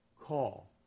call